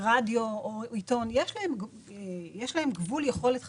רדיו או עיתון, יש להם גבול יכולת חשיפה.